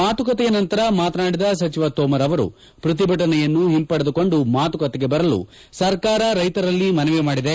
ಮಾತುಕತೆಯ ನಂತರ ಮಾತನಾಡಿದ ಸಚಿವ ತೋಮರ್ ಅವರು ಪ್ರತಿಭಟನೆಯನ್ನು ಹಿಂಪಡೆದುಕೊಂಡು ಮಾತುಕತೆಗೆ ಬರಲು ಸರ್ಕಾರ ರೈತರಲ್ಲಿ ಮನವಿ ಮಾಡಿದೆ